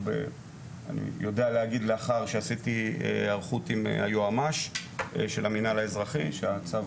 אבל יודע להגיד לאחר שעשיתי היערכות עם היועמ"ש של המינהל האזרחי שהצו